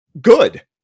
good